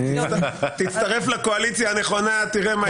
תצטרף לקואליציה הנכונה, תראה מה יקרה...